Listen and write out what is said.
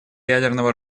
ядерного